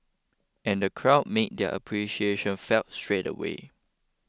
and the crowd made their appreciation felt straight away